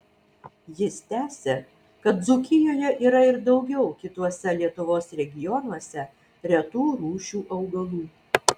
jis tęsia kad dzūkijoje yra ir daugiau kituose lietuvos regionuose retų rūšių augalų